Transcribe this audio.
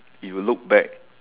if you look back